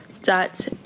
dot